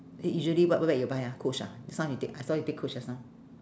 u~ usually what what bag you buy ah coach ah just now you take I saw you take coach just now